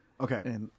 Okay